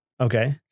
Okay